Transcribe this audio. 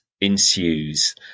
ensues